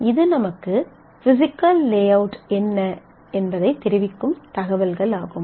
இது நமக்கு physical layout என்ன என்பதைத் தெரிவிக்கும் தகவல்கள் ஆகும்